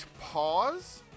pause